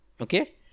Okay